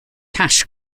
cash